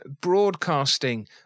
broadcasting